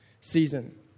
season